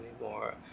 anymore